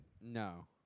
No